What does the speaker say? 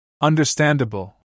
Understandable